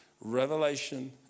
Revelation